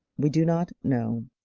we do not know.